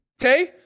Okay